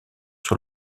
sur